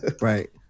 Right